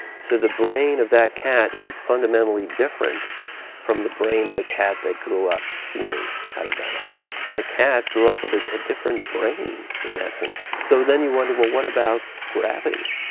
so, the brain of that cat is fundamentally different from the brain of a cat that grew up seeing out of that eye. that cat grew up with a different brain, in essence. so, then you wonder, well, what about gravity?